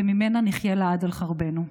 וממנה נחיה לעד על חרבנו.